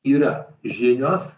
yra žinios